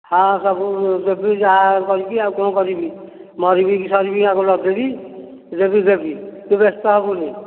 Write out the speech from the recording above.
ହଁ ସବୁ ଦେବି ଯାହା କରିକି ଆଉ କ'ଣ କରିବି ମରିବି କି ସରିବି ଆଉ କ'ଣ ନଦେବି ଦେବି ଦେବି ତୁ ବ୍ୟସ୍ତ ହେବୁନି